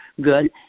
good